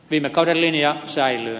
viime kauden linja säilyy